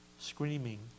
screaming